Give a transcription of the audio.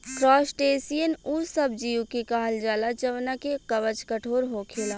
crustacean उ सब जीव के कहल जाला जवना के कवच कठोर होखेला